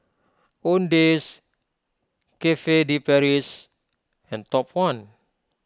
Owndays Cafe De Paris and Top one